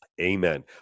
Amen